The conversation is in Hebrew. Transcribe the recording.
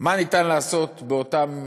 מה אפשר לעשות באותם